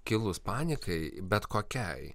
kilus panikai bet kokiai